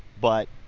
but